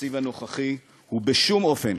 התקציב הנוכחי בשום אופן